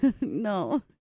No